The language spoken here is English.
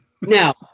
Now